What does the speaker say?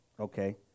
Okay